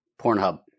Pornhub